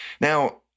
Now